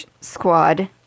Squad